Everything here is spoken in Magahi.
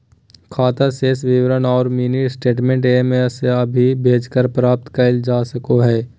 खाता शेष विवरण औरो मिनी स्टेटमेंट एस.एम.एस भी भेजकर प्राप्त कइल जा सको हइ